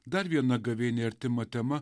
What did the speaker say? dar viena gavėniai artima tema